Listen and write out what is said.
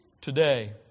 today